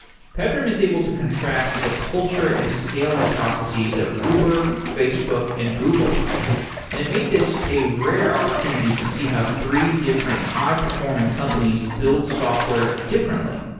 pedram is able to contrast the culture and scaling processes of uber, facebook and google, and it made this a rare opportunity to see how three different high performing companies build software differently.